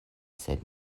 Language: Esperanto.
sed